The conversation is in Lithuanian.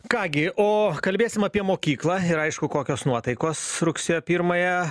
ką gi o kalbėsim apie mokyklą ir aišku kokios nuotaikos rugsėjo pirmąją